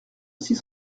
six